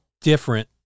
different